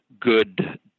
good